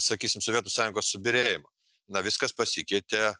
sakysim sovietų sąjungos subyrėjimo na viskas pasikeitė